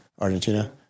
Argentina